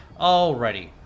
Alrighty